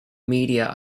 media